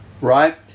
right